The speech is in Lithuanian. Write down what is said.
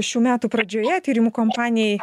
šių metų pradžioje tyrimų kompanijai